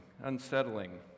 unsettling